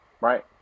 Right